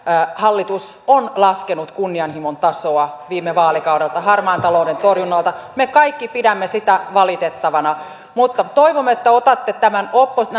hallitus on laskenut kunnianhimon tasoa viime vaalikaudelta harmaan talouden torjunnassa me kaikki pidämme sitä valitettavana mutta toivomme että otatte